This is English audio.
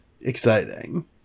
exciting